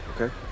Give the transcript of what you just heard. okay